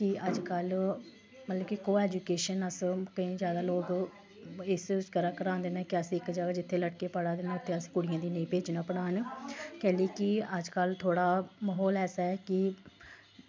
कि अजकल्ल मतलब कि को ऐजुकेशन अस केईं जैदा लोक इस करी कढांदे न के अस इक जगह् जित्थै लड़के पढ़ा दे न उत्थै असें कुड़ियें गी नेईं भेजना पढ़ान कैह्ली कि अजकल्ल थोह्ड़ा म्हौल ऐसा ऐ कि